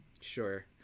sure